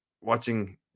watching